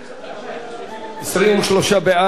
23 בעד, אין מתנגדים, אין נמנעים.